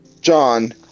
John